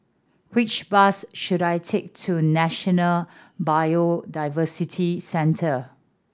which bus should I take to National Biodiversity Centre